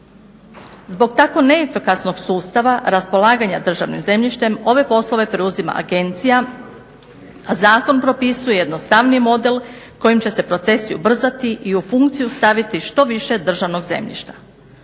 Zbog tako neefikasnog sustava raspolaganja državnim zemljištem ove poslove preuzima agencija. Zakon propisuje jednostavniji model kojim će se procesi ubrzati i u funkciju staviti što više državnog zemljišta.